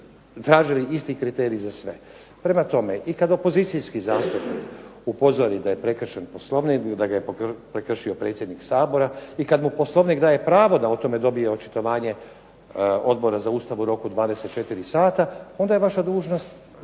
tražili isti kriterij za sve. Prema tome, i kad opozicijski zastupnik upozori da je prekršen Poslovnik da ga je prekršio predsjednik Sabora i kad mu Poslovnik daje pravo da o tome dobije očitovanje Odbora za Ustav u roku od 24 sata, onda je vaša dužnost